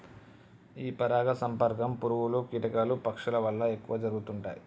ఈ పరాగ సంపర్కం పురుగులు, కీటకాలు, పక్షుల వల్ల ఎక్కువ జరుగుతుంటాయి